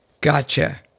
Gotcha